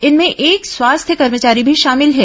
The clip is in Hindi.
इनमें एक स्वास्थ्य कर्मचारी भी शामिल है